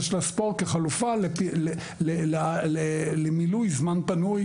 מדוידסון הספורט כחלופה לזמן פנוי.